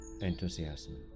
enthusiasm